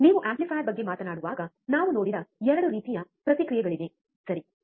ನೀವು ಆಂಪ್ಲಿಫೈಯರ್ ಬಗ್ಗೆ ಮಾತನಾಡುವಾಗ ನಾವು ನೋಡಿದ 2 ರೀತಿಯ ಪ್ರತಿಕ್ರಿಯೆಗಳಿವೆ ಸರಿ